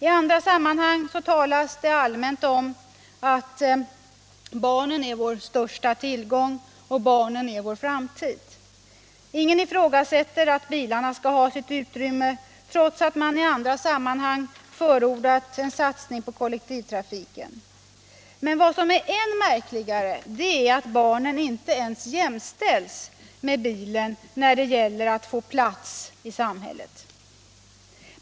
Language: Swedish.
I andra sammanhang talas det allmänt om att barnen är vår största tillgång och vår framtid, men ingen ifrågasätter att bilarna skall ha sitt utrymme, trots att man förordat en satsning på kollektivtrafiken. Och än märkligare är att barnen inte ens jämställs med bilen när det gäller att ”få plats” i samhället.